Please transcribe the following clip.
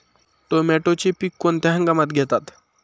टोमॅटोचे पीक कोणत्या हंगामात घेतात?